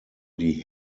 die